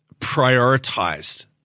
prioritized